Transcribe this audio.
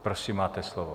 Prosím, máte slovo.